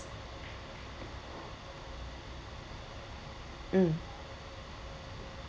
mm